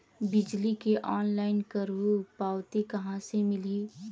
बिजली के ऑनलाइन करहु पावती कहां ले मिलही?